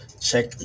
check